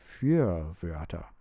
Fürwörter